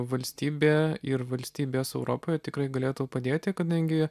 valstybė ir valstybės europoje tikrai galėtų padėti kadangi